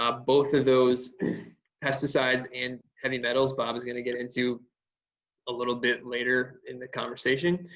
ah both of those pesticides and heavy metals, bob is gonna get into a little bit later in the conversation.